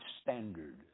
standard